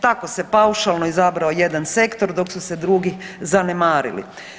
Tako se paušalno izabrao jedan sektor dok su se drugi zanemarili.